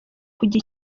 kujya